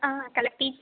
हा कलकी